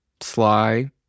sly